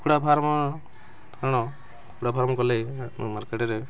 କୁକୁଡ଼ା ଫାର୍ମ କ'ଣ କୁକୁଡ଼ା ଫାର୍ମ କଲେ ମାର୍କେଟ୍ରେ